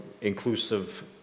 inclusive